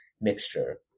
mixture